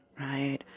right